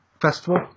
festival